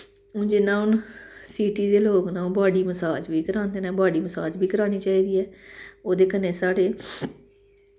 हून जियां हून सिटी दे लोग न ओह् बॉड्डी मसाज बी करांदे न बॉड्डी मसाज बी करानी चाहिदी ऐ ओह्दे कन्नै साढ़े